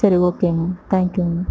சரி ஓகேங்க தேங்க்யூங்க